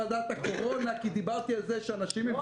הייתי בוועדת הקורונה כי דיברתי על זה שאנשים עם